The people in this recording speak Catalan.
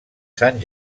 sant